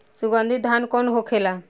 सुगन्धित धान कौन होखेला?